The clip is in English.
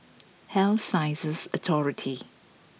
Health Sciences Authority